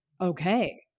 okay